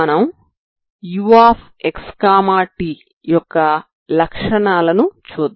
ఇప్పుడు మనం uxt యొక్క లక్షణాలను చూద్దాం